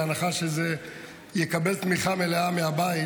בהנחה שזה יקבל תמיכה מלאה מהבית,